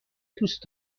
دوست